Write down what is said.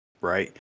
Right